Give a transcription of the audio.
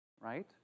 right